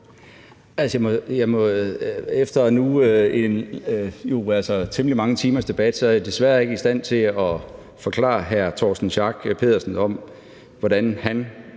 Efter temmelig mange timers debat er jeg desværre ikke i stand til at forklare hr. Torsten Schack Pedersen, hvordan han